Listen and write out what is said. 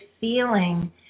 feeling